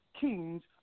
kings